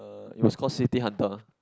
it was called City Hunter